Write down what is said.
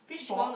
fishball